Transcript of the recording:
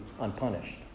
unpunished